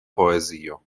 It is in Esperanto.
poezio